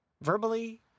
verbally